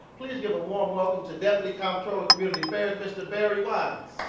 please give a warm welcome to deputy comptroller community affairs, mr. barry wides.